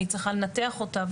אני צריכה לנתח אותה,